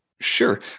Sure